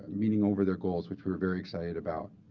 meaning over their goals, which we're very excited about.